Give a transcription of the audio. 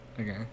Okay